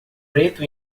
preto